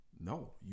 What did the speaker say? No